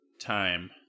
time